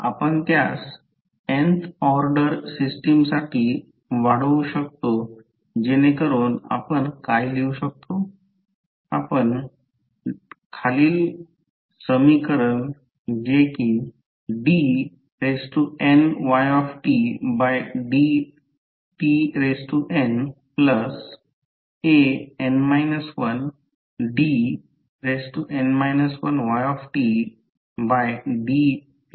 आपण त्यास nth order सिस्टमसाठी वाढवू शकतो जेणेकरुन आपण काय लिहू शकतो dnydtnan 1dn 1ydtn 1